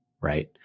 right